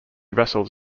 vessels